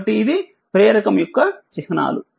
కాబట్టి ఇది ప్రేరకం యొక్క చిహ్నాలు